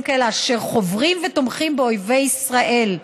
כאלה אשר חוברים ותומכים באויבי ישראל,